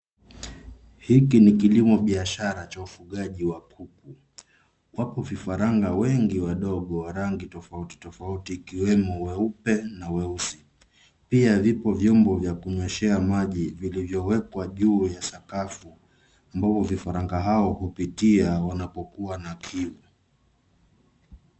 Hiki ni kilimo biashara cha ufugaji wa kuku. Wapo vifaranga wengi wa rangi tofauti tofauti ikiwemo weupe na weusi. Pia vipo vyombo vya kunyweshea maji vilivyowekwa kwa juu ya sakafu ambapo vifaranga hawa hupitia wanapokuwa na kiu.